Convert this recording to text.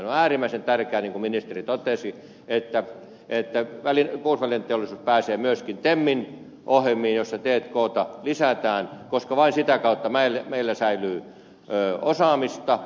on äärimmäisen tärkeää niin kuin ministeri totesi että puolustusvälineteollisuus pääsee myöskin temmin ohjelmiin joissa t kta lisätään koska vain sitä kautta meillä säilyy osaamista